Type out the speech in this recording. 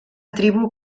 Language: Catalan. tribu